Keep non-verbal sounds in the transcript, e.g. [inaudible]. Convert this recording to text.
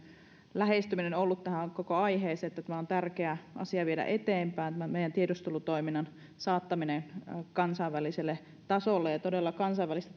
lähestyminen ollut tähän koko aiheeseen että on tärkeä asia viedä eteenpäin tämä meidän tiedustelutoiminnan saattaminen kansainväliselle tasolle ja todella kansainvälistä [unintelligible]